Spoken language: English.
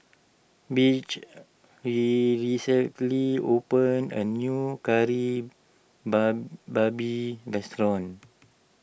Butch Lee recently opened a new Kari Ba Babi restaurant